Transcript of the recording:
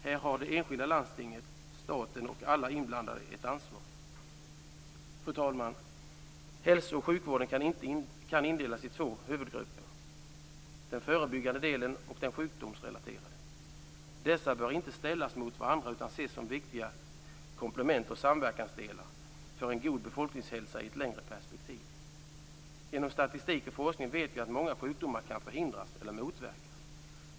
Här har det enskilda landstinget, staten och alla inblandade ett ansvar. Fru talman! Hälso och sjukvården kan indelas i två huvudgrupper: den förebyggande delen och den sjukdomsrelaterade. Dessa bör inte ställas mot varandra utan ses som viktiga komplement och samverkansdelar för en god befolkningshälsa i ett längre perspektiv. Genom statistik och forskning vet vi att många sjukdomar kan förhindras eller motverkas.